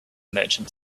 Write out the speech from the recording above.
merchant